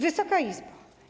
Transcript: Wysoka Izbo!